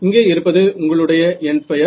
இங்கே இருப்பது உங்களுடைய எண்ட் பயர்